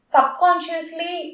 Subconsciously